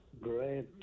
Great